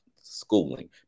schooling